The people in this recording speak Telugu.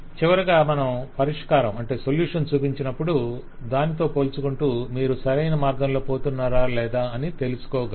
చివరగా మనం పరిష్కారం చూపించినప్పుడు దానితో పోల్చుకొంటూ మీరు సరైన మార్గంలో పోతున్నారా లేదా అని తెలుసకోగలరు